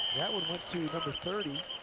that one went to number thirty.